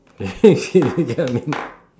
you get what I mean